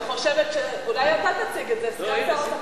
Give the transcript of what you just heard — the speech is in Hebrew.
אני חושבת, אולי אתה תציג את זה, סגן שר האוצר?